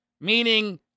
meaning